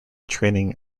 training